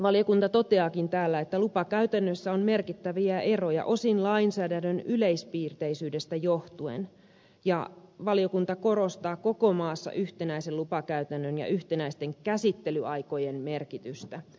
valiokunta toteaakin täällä että lupakäytännöissä on merkittäviä eroja osin lainsäädännön yleispiirteisyydestä johtuen ja valiokunta korostaa koko maassa yhtenäisen lupakäytännön ja yhtenäisten käsittelyaikojen merkitystä